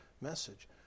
message